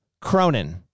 Cronin